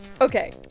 Okay